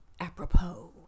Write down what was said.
apropos